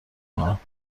کنم